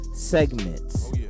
segments